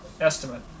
estimate